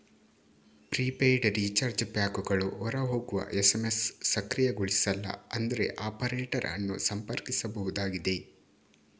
prepaid recharge ಪ್ಯಾಕುಗಳು ಹೊರ ಹೋಗುವ ಎಸ್.ಎಮ್.ಎಸ್ ಸಕ್ರಿಯಗೊಳಿಸಿಲ್ಲ ಅಂದ್ರೆ ಆಪರೇಟರ್ ಅನ್ನು ಸಂಪರ್ಕಿಸಬೇಕಾಗಬಹುದು